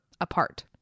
apart